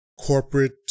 corporate